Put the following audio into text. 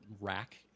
rack